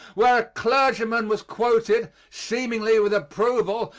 where a clergyman was quoted, seemingly with approval,